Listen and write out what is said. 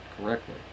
correctly